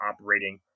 operating